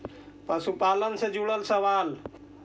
पशुपालन से जुड़ल सवाल?